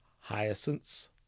hyacinths